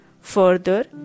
Further